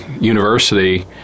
university